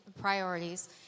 Priorities